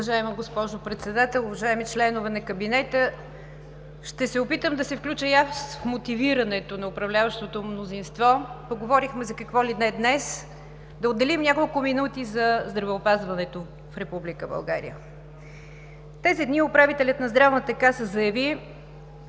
Уважаема госпожо Председател, уважаеми членове на кабинета! Ще се опитам да се включа и аз в мотивирането. Поговорихме за какво ли не днес. Да отделим няколко минути за здравеопазването в Република България. Тези дни управителят на Здравната каса заяви,